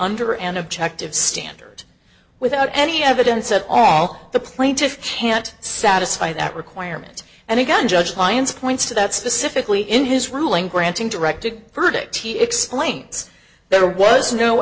under an objective standard without any evidence at all the plaintiffs can't satisfy that requirement and again judge lyons points to that specifically in his ruling granting directed verdict he explains there was no